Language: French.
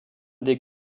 des